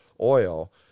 oil